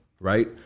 Right